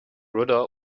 rudder